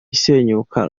isenyuka